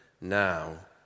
Now